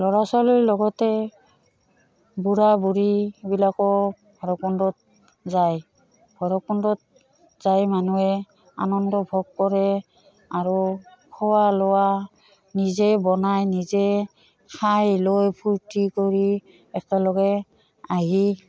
ল'ৰা ছোৱালীৰ লগতে বুঢ় বুঢ়ী এইবিলাকো ভৈৰৱকুণ্ডত যায় ভৰকুণ্ডত যায় মানুহে আনন্দ ভোগ কৰে আৰু খোৱা লোৱা নিজে বনাই নিজে খাই লৈ ফূৰ্তি কৰি একেলগে আহি